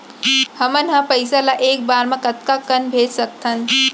हमन ह पइसा ला एक बार मा कतका कन भेज सकथन?